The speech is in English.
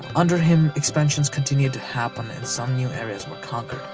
under him expansions continued to happen and some new areas were conquered.